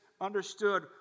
understood